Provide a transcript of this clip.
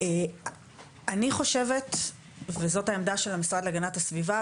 אני חושבת וזאת העמדה של המשרד להגנת הסביבה,